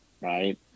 right